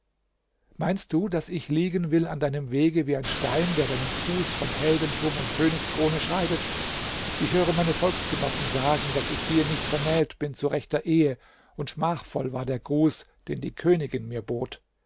meinst du daß ich liegen will an deinem wege wie ein stein der deinen fuß von heldentum und königskrone scheidet ich höre meine volksgenossen sagen daß ich dir nicht vermählt bin zu rechter ehe und schmachvoll war der gruß den die königin mir bot